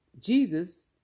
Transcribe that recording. Jesus